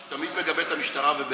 שתמיד מגבה את המשטרה, ובצדק,